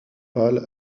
pâle